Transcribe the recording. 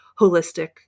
holistic